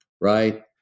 Right